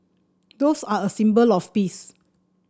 doves are a symbol of peace